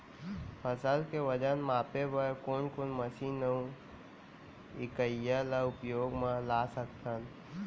फसल के वजन मापे बर कोन कोन मशीन अऊ इकाइयां ला उपयोग मा ला सकथन?